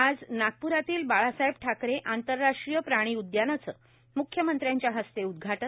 आज नागपुरातील बाळासाहेब ठाकरे आंतरराष्ट्रीय प्राणी उद्यानाच म्ख्यमंत्र्यांच्या हस्ते उद्घाटन